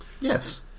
Yes